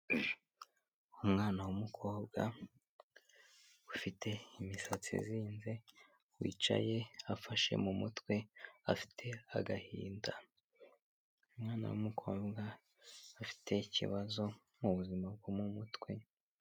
Umwana w'umukobwa ufite imisatsi izinze, wicaye afashe mu mutwe, afite agahinda. Umwana w'umukobwa afite ikibazo mu buzima bwo mu mutwe.